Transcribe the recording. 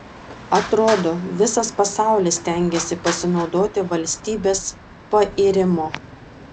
atrodo visas pasaulis stengiasi pasinaudoti valstybės pairimu